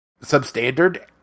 substandard